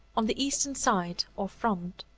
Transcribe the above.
on the eastern side, or front.